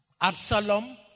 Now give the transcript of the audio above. Absalom